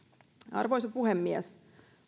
arvoisa puhemies